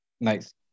Nice